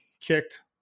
kicked